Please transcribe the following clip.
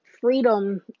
freedom